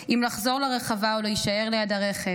אם לחזור לרחבה או להישאר ליד הרכב.